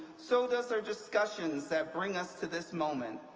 so does our discussions that bring us to this moment.